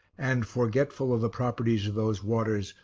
and, forgetful of the properties of those waters,